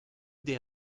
des